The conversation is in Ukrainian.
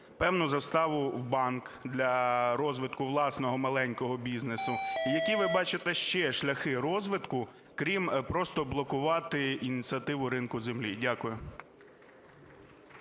певну заставу в банк для розвитку власного маленького бізнесу? Які ви бачите ще шляхи розвитку крім просто блокувати ініціативу ринку землі? Дякую.